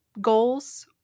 goals